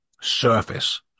surface